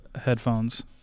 headphones